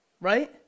Right